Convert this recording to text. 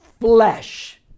flesh